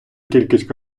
кількість